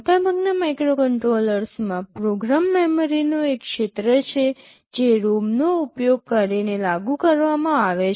મોટાભાગના માઇક્રોકન્ટ્રોલર્સમાં પ્રોગ્રામ મેમરીનો એક ક્ષેત્ર છે જે ROM નો ઉપયોગ કરીને લાગુ કરવામાં આવે છે